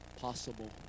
possible